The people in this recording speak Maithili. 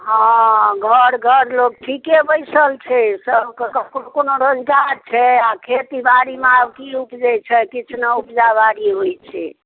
हँ घर घर लोक ठीके बैसल छै सभके केकरो कोनो रोजगार छै आ खेती बारीमे आब की उपजै छै किछु नहि उपजा बारी होइ छै